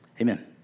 Amen